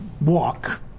walk